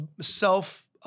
self